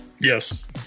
Yes